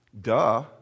Duh